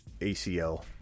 ACL